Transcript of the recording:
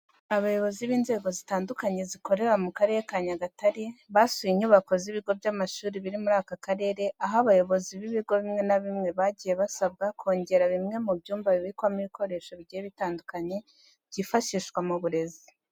Abayobozi b'inzego zitandukanye zikorera mu Karere ka Nyagatare basuye inyubako z'ibigo by'amashuri biri muri aka karere, aho abayobozi b'ibigo bimwe na bimwe bagiye basabwa kongera bimwe mu byumba bibikwamo ibikoresho bigiye bitandukanye byifashishwa mu burezi.